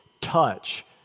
touch